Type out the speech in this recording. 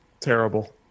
Terrible